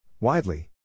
Widely